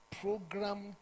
programmed